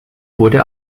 wurde